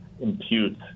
impute